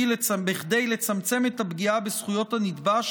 כדי לצמצם את הפגיעה בזכויות הנתבע,